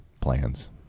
plans